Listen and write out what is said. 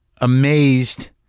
amazed